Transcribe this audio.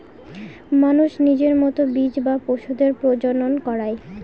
মানুষ নিজের মতো বীজ বা পশুদের প্রজনন করায়